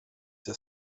des